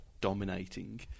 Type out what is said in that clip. dominating